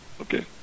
Okay